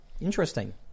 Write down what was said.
Interesting